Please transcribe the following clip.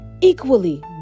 equally